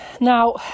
Now